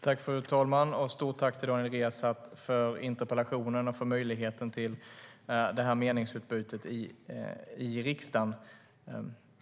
Fru talman! Jag vill ge ett stort tack till Daniel Riazat för interpellationen och möjligheten till detta meningsutbyte i riksdagen.